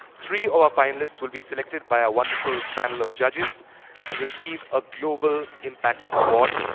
three of our finalists will be selected by our wonderful panel of judges and receive a global impact award,